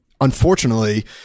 unfortunately